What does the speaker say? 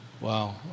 Wow